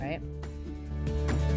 right